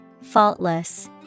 Faultless